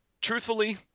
Truthfully